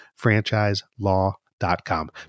FranchiseLaw.com